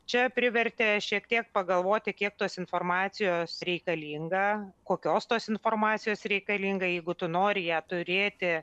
čia privertė šiek tiek pagalvoti kiek tos informacijos reikalinga kokios tos informacijos reikalinga jeigu tu nori ją turėti